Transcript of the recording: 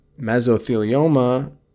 mesothelioma